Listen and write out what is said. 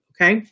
Okay